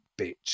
bitch